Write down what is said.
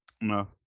No